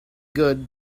good